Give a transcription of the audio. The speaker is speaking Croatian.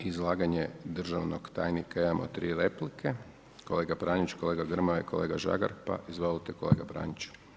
Na izlaganje državnog tajnika imamo 3 replike kolega Pranić, kolega Grmoja, kolega Žagar, pa izvolite kolega Praniću.